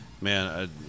Man